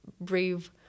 brave